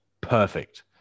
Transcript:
Perfect